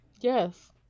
Yes